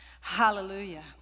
Hallelujah